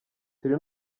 turi